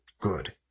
good